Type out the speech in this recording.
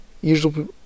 Usually